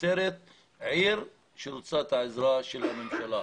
נצרת היא עיר שרוצה את העזרה של הממשלה.